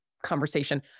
Conversation